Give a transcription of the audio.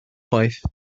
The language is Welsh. chwaith